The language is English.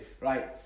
right